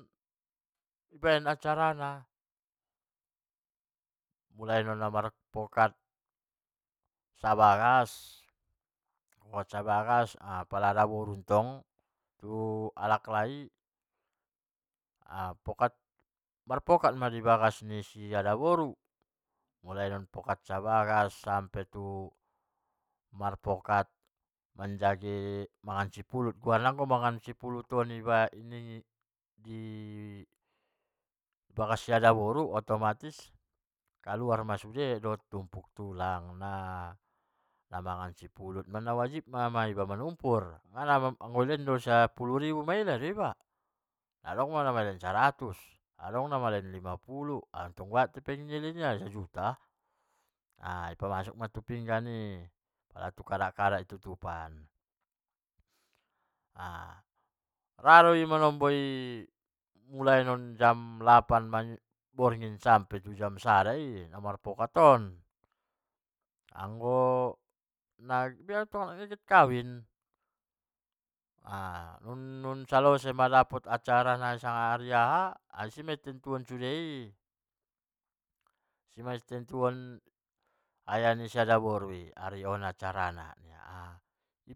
Anggo pala nagiot kawin acarana acara na mulaina non marpokat sampe non na tu mandohoni sude, pokokna tong pajolo nai pasorah nai kan aha doi pihak alaklaji rap adaboru, andigan acara naon, baru idokkon tu natobang-tobang, natobang-tobang on ipio ia masude, akka na tobang na alim-alim ma sude nadihuta i, natobang na dihuta i dipio ia mai, andigan do alai on anak ta on adong giot nihalai giot lakka matobang. sonon-sonon baen kalai ninna ma, di kumpulkon mai na songon kahanggi. anak boru. mora di kumpulkon ma sude, namanyambut on. pala tong adong na aha nia acara nia giot godang bisa di baen, harana adong acar-acara on sanga songon dia giot niba. giot kawin on, orang tua na pe giot nia, dia ra orang tua nia na songon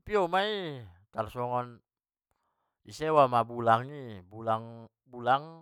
perangkat alat shalat sajo do, otomatis aha.